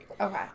Okay